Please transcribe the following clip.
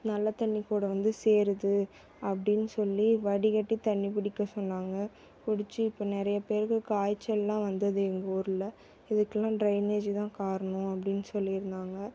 நல்ல தண்ணி கூட வந்து சேருது அப்படின்னு சொல்லி வடிகட்டி தண்ணி குடிக்க சொன்னாங்க குடித்து இப்போ நிறைய பேருக்கு காய்ச்செல்லாம் வந்தது எங்கள் ஊரில் இதுக்கெலாம் ட்ரைனேஜு தான் காரணம் அப்படின்னு சொல்லியிருந்தாங்க